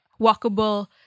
walkable